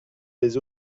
les